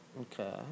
Okay